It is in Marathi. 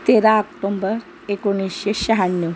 तेरा आक्टोंबर एकोणीसशे शहाण्णव